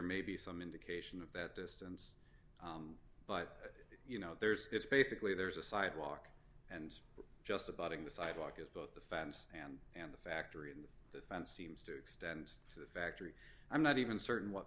maybe some indication of that distance but you know there's it's basically there's a sidewalk and just about in the sidewalk as both the fence and and the factory and the fence seems to extend to the factory i'm not even certain what